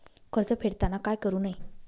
कर्ज फेडताना काय करु नये?